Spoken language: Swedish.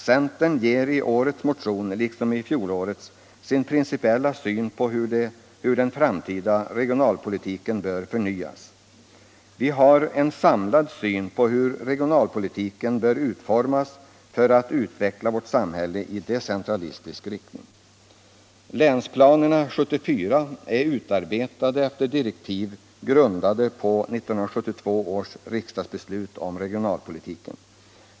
Centern ger i årets motion, liksom i fjolårets, sin principiella syn på hur den framtida regionalpolitiken bör förnyas. Vi har en samlad syn på hur regionalpolitiken bör utformas för att utveckla vårt samhälle i decentralistisk riktning. 1974 års länsplaner är utarbetade efter direktiv grundade på 1972 års riksdagsbeslut om regionalpolitiken.